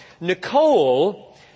Nicole